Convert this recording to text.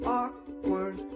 awkward